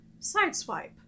sideswipe